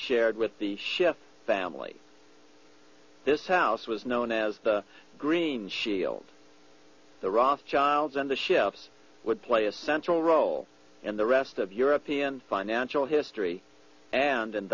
shared with the shift family this house was known as the green shield the rothschilds and the shifts would play a central role in the rest of european financial history and